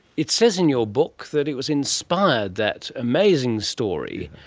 it says in your book that it was inspired, that amazing story,